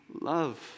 love